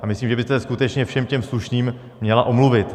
A myslím, že byste se skutečně všem těm slušným měla omluvit.